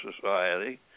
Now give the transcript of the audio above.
society